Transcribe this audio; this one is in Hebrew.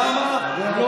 למה לא